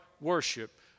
Worship